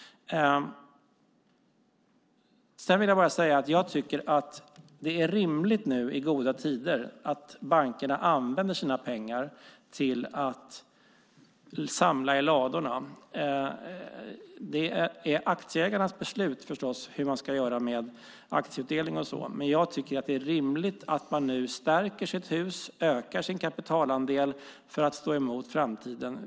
Jag tycker att det är rimligt att bankerna nu i goda tider använder sina pengar till att samla i ladorna. Det är aktieägarnas beslut, förstås, hur man ska göra med aktieutdelningen, men jag tycker att det är rimligt att man nu stärker sitt hus och ökar sin kapitalandel för att stå emot i framtiden.